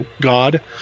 god